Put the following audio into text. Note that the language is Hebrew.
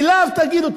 לו תגידו.